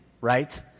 right